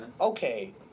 Okay